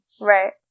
Right